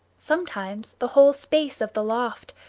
sometimes the whole space of the loft,